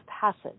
passage